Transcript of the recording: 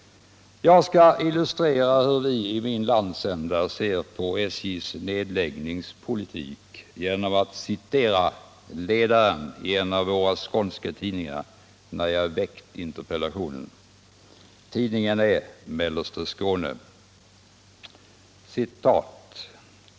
Jag skall illustrera hur vi i min landsända ser på SJ:s nedläggningspolitik, genom att citera ledaren i en av våra skånska tidningar efter det att jag väckt min interpellation. Tidningen är Mellersta Skåne.